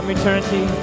eternity